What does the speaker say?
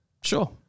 Sure